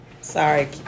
Sorry